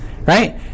right